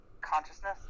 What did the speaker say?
consciousness